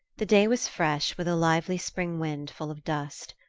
the day was fresh, with a lively spring wind full of dust.